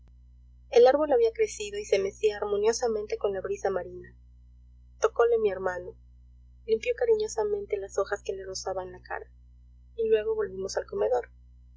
el árbol había crecido y se mecía armoniosamente con la brisa marina tocóle mi hermano limpió cariñosamente las hojas que le rozaban la cara y luego volvimos al comedor